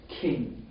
king